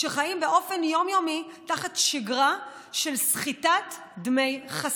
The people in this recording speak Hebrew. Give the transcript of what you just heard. שחיים באופן יום-יומי תחת שגרה של סחיטת דמי חסות.